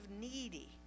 needy